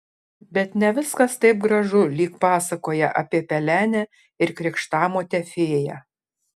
bet ne viskas taip gražu lyg pasakoje apie pelenę ir krikštamotę fėją